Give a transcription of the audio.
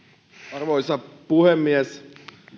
arvoisa puhemies